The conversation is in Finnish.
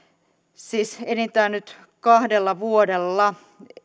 siis enintään nyt kahdella vuodella